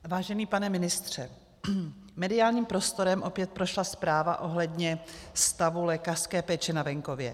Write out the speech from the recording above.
Vážený pane ministře, mediálním prostorem opět prošla zpráva ohledně stavu lékařské péče na venkově.